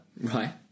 Right